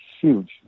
huge